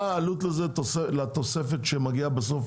מה העלות לתוספת שמגיעה בסוף